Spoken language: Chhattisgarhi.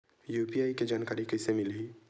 यू.पी.आई के जानकारी कइसे मिलही?